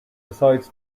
decides